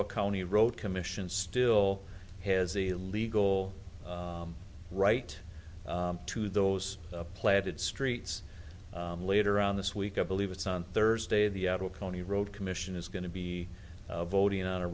a county road commission still has a legal right to those planted streets later on this week i believe it's on thursday the adult county road commission is going to be voting on a